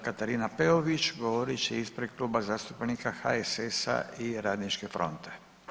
Gđa. Katarina Peović govorit će ispred Kluba zastupnika HSS-a i Radničke fronte.